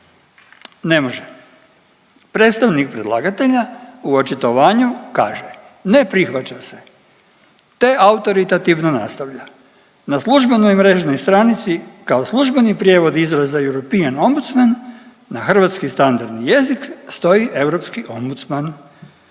Ne može, predstavnik predlagatelja u očitovanju kaže, ne prihvaća se, te autoritativno nastavlja, na službenoj mrežnoj stranici kao službeni prijevod izraza „European ombudsman“ na hrvatski standardni jezik stoji „Europski Ombudsman“,